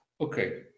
okay